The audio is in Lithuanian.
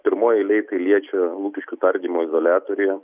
pirmoj eilėj tai liečia lukiškių tardymo izoliatoriuje